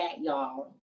y'all